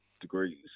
degrees